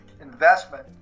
investment